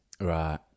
Right